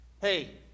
Hey